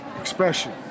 expression